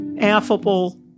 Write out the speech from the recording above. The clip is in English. affable